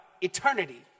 eternity